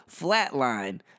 Flatline